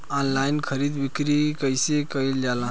Online खरीद बिक्री कइसे कइल जाला?